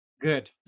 good